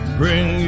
bring